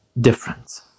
difference